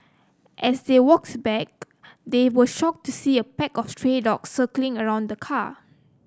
as they walked back they were shocked to see a pack of stray dogs circling around the car